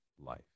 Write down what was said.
life